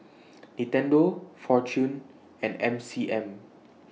Nintendo Fortune and M C M